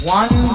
one